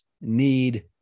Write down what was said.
need